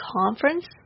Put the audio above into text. conference